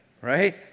Right